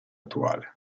attuale